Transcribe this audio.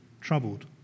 troubled